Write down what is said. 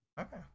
Okay